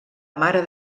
mare